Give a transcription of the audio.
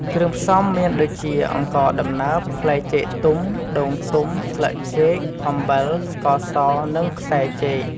គ្រឿងផ្សំមានដូចជាអង្ករដំណើប ផ្លែចេកទុំ ដូងទុំ ស្លឹកចេក អំបិល ស្ករស និងខ្សែចេក។